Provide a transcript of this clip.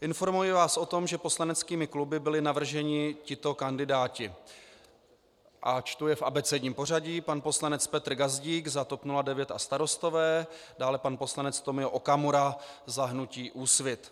Informuji vás o tom, že poslaneckými kluby byli navrženi tito kandidáti a čtu je v abecedním pořadí: pan poslanec Petr Gazdík za TOP 09 a Starostové, dále pan poslanec Tomio Okamura za hnutí Úsvit.